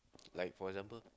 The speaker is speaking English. like for example